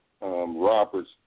Roberts